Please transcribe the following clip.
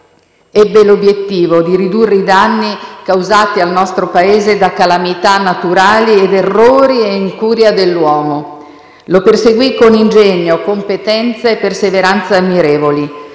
Ebbe l'obiettivo di ridurre i danni causati al nostro Paese da calamità naturali ed errori e incuria dell'uomo. Lo perseguì con ingegno, competenza e perseveranza ammirevoli.